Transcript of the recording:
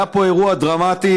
היה פה אירוע דרמטי,